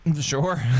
Sure